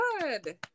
good